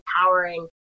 empowering